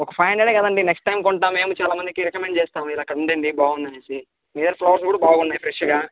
ఒక ఫైవ్ హండ్రెడ్డే కదండి నెక్స్ట్ టైం కొంటాం మేమూ చాలా మందికి రికమెండ్ చేస్తాం మీరు అక్కడ ఉండండి బాగుందనేసి మీ దగ్గర ఫ్లవర్స్ కూడా బాగున్నాయి ఫ్రెష్గా